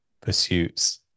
pursuits